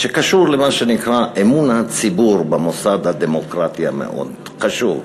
שקשור למה שנקרא "אמון הציבור" במוסד הדמוקרטי המאוד-חשוב.